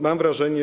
Mam wrażenie.